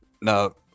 No